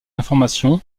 information